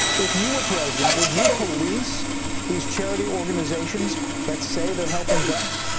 if you were president. would you police these charity organizations that say they're helping vets?